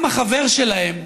גם החבר שלהם,